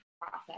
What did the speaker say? process